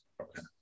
Okay